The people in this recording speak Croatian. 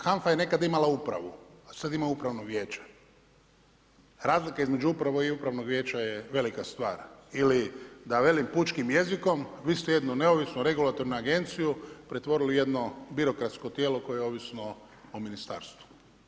HANFA je nekada imala upravu, a sada ima Upravno vijeće, razlika između uprave i upravnog vijeća je velika stvar ili da velim pučkim jezikom, vi ste jednu neovisnu regulatornu agenciju pretvorili u jedno birokratsko tijelo koje je ovisno o ministarstvu.